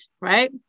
right